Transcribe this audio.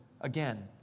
again